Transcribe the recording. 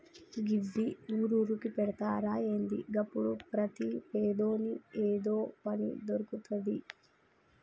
గివ్వి ఊరూరుకు పెడ్తరా ఏంది? గప్పుడు ప్రతి పేదోని ఏదో పని దొర్కుతది